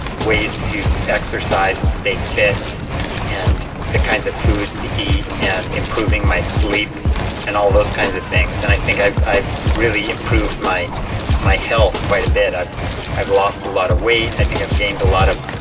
ways to exercise and stay fit and the kinds of foods to eat and improving my sleep and all those kinds of things and i think i've i've really improved my my health quite a bit. i've i've lost a lot of weight, i think i've gained a lot of,